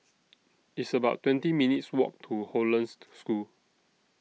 It's about twenty minutes' Walk to Hollandse School